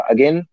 Again